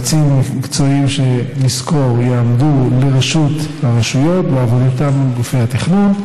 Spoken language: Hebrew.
יועצים מקצועיים שנשכור יעמדו לרשות הרשויות בעבודתן עם גופי התכנון.